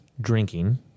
drinking